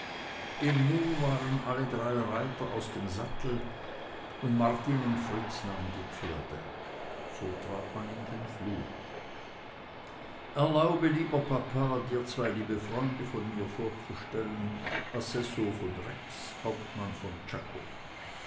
im nu waren alle drei reiter aus dem sattel und martin und fritz nahmen die pferde so trat man in den flur erlaube lieber papa dir zwei liebe freunde von mir vorzustellen assessor von rex hauptmann von czako